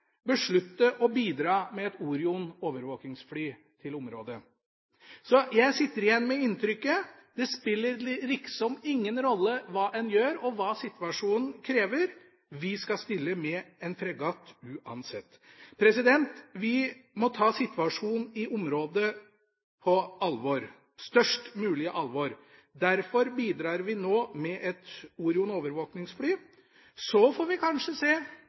besluttet å bidra med et Orion overvåkningsfly til området, så jeg sitter igjen med det inntrykket at det liksom ikke spiller noen rolle hva en gjør og hva situasjonen krever; vi skal stille med en fregatt uansett. Vi må ta situasjonen i området på størst mulig alvor. Derfor bidrar vi nå med et Orion overvåkningsfly, så får vi se om vi kanskje